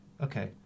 Okay